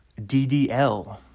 DDL